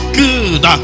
good